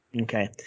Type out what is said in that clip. Okay